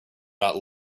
not